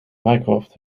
mycroft